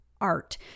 art